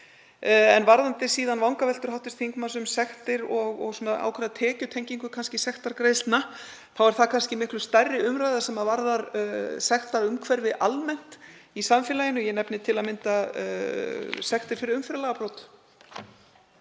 En varðandi síðan vangaveltur hv. þingmanns um sektir og ákveðna tekjutengingu sektargreiðslna, þá er það kannski miklu stærri umræða sem varðar sektaumhverfi almennt í samfélaginu, ég nefni til að mynda sektir fyrir umferðarlagabrot.